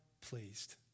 pleased